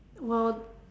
will